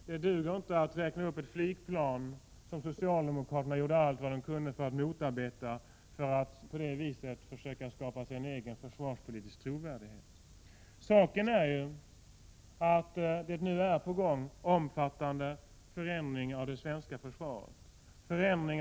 Det duger inte att som exempel ta fram ett flygplan som socialdemokraterna gjorde allt de kunde för att motarbeta och på det viset försöka skapa sig en egen försvarspolitisk trovärdighet. Saken är ju den att omfattande förändringar av det svenska försvaret är på gång.